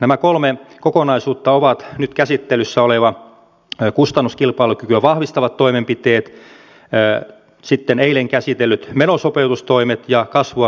nämä kolme kokonaisuutta ovat nyt käsittelyssä olevat kustannuskilpailukykyä vahvistavat toimenpiteet sitten eilen käsitellyt menosopeutustoimet ja kasvua tukevat kärkihankkeet